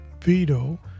Vito